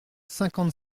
cinquante